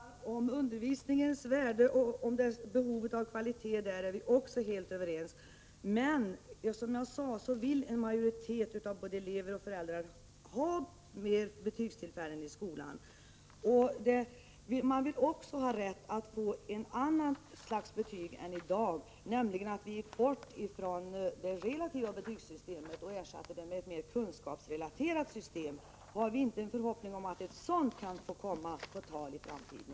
Herr talman! Om undervisningens värde och om behovet av kvalitet är vi också helt överens, men en majoritet av både elever och föräldrar vill ha fler betygstillfällen i skolan. Man vill också ha rätt att få ett annat slags betyg än dem som man får i dag. Man önskar att vi tar bort det relativa betygssystemet och ersätter det med ett mer kunskapsrelaterat system. Kan vi inte i alla fall hoppas på att ett sådant system kan komma i fråga i framtiden?